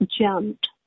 jumped